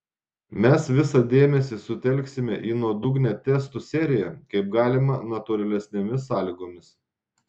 mes visą dėmesį sutelksime į nuodugnią testų seriją kaip galima natūralesnėmis sąlygomis